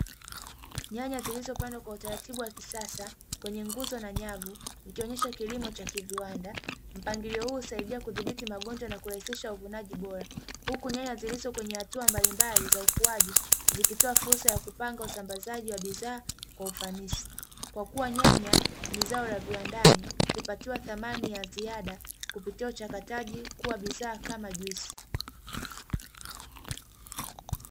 Nyanya zilizopandwa kwa utaratibu wa kisasa kwenye nguzo na nyavu ikionyesha kilimo cha kiviwanda. Mpangilio huo husaidia kudhibiti magonjwa na kurahisisha uvunaji bora, huku nyanya zilizo kwenye hatua mbalimbali za ukuaji zikitoa fursa ya kupanga usambazaji wa bidhaa kwa ufanisi kwa kuwa nyanya ni zao la viwandani kupatiwa thamani ya ziada kupitia uchakataji, kuwa bidhaa kama juisi.